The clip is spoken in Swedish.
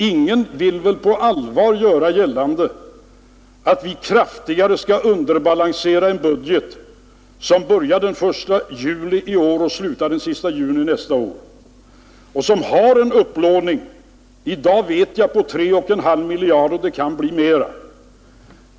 Ingen vill väl på allvar göra gällande att vi bör kraftigare underbalansera budgeten för den period som börjar den 1 juli i år och som slutar den 30 juni nästa år, en period under vilken upplåningen enligt vad jag i dag vet kommer att uppgå till 3,5 miljarder kronor — det kan bli mera.